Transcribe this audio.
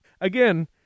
Again